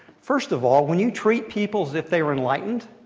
first of all, when you treat people as if they were enlightened,